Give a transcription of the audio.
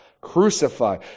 crucify